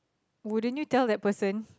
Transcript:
wouldn't you tell that person